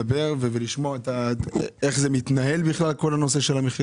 להתייחס - איך מתנהל כל הנושא של המחיר